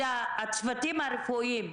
אלה הצוותים הרפואיים,